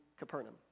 Capernaum